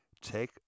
take